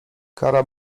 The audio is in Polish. kara